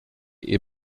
est